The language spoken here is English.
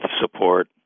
support